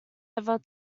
ever